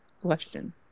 question